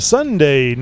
Sunday